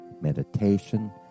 meditation